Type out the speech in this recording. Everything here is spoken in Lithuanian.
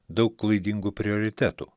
daug klaidingų prioritetų